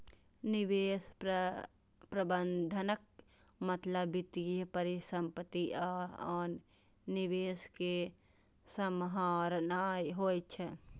निवेश प्रबंधनक मतलब वित्तीय परिसंपत्ति आ आन निवेश कें सम्हारनाय होइ छै